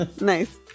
Nice